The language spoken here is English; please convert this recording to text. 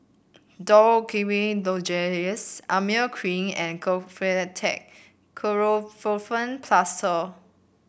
Dorithricin Lozenges Emla Cream and Kefentech Ketoprofen Plaster